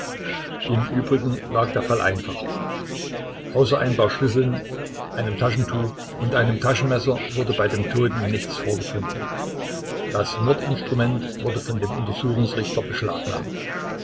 im übrigen lag der fall einfach außer ein paar schlüsseln einem taschentuch und einem taschenmesser wurde bei dem toten nichts vorgefunden das mordinstrument wurde von dem untersuchungsrichter beschlagnahmt